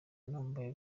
nambaye